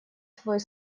свой